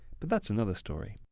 but that's another story.